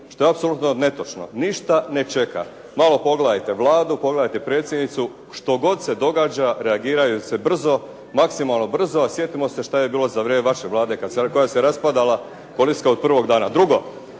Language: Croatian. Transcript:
Što je apsolutno ne točno. Ništa ne čeka. Malo pogledajte Vladu, pogledajte predsjednicu, što god se događa reagira se maksimalno brzo, a sjetimo se što je bilo za vrijeme vaše vlade koja se raspadala ... od prvog dana. Drugo.